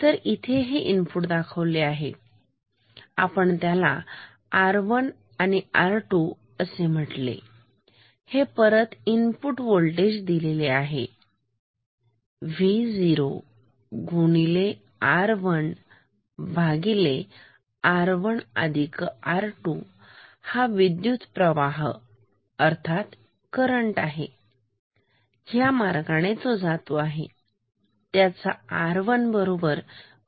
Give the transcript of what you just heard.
तर इथे हे इनपुट दाखवले आहे आपण त्याला आर वन R1 आणि आर टू R2 असे म्हटले हे परत इनपुट होल्टेज दिलेले आहे V0 R1R1R2 हा विद्युत प्रवाह करंट आहे ह्या मार्गाने जाणारा आहे त्याचा R1 बरोबर गुणाकार केलेला आहे